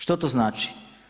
Što to znači?